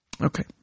Okay